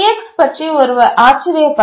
IX பற்றி ஒருவர் ஆச்சரியப்படலாம்